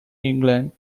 england